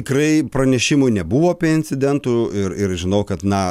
tikrai pranešimų nebuvo be incidentų ir žinau kad na